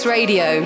Radio